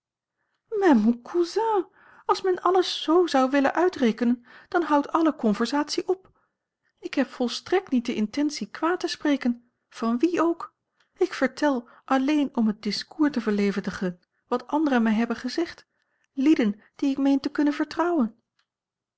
als men alles zoo zou willen uitrekenen dan houdt alle conversatie op ik heb volstrekt niet de intentie kwaad te spreken van wie ook ik vertel alleen om het discours te verlevendigen wat anderen mij hebben gezegd lieden die ik meen te kunnen vertrouwen